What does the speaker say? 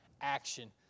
action